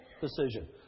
decision